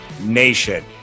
nation